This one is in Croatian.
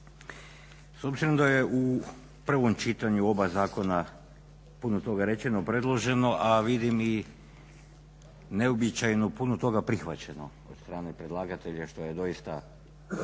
S obzirom da je u prvom čitanju oba zakona puno toga rečeno, predloženo, a vidim i neuobičajeno puno toga prihvaćeno od strane predlagatelja što je doista